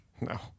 No